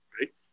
right